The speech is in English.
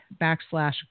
backslash